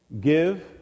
Give